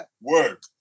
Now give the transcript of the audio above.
work